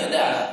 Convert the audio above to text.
אני יודע.